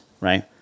right